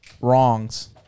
wrongs